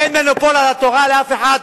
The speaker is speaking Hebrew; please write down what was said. אין מונופול על התורה לאף אחד.